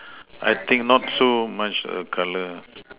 I think not so much err colour